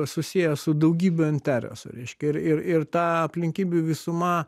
susijęs su daugybe interesų reiškia ir ir ir ta aplinkybių visuma